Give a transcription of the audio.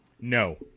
No